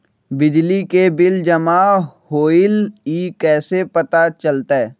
बिजली के बिल जमा होईल ई कैसे पता चलतै?